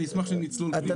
אני אשמח שנצלול פנימה.